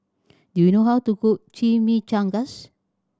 do you know how to cook Chimichangas